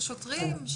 של שוטרים,